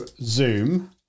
zoom